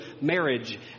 marriage